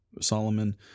Solomon